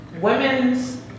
women's